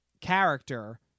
character